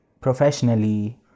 professionally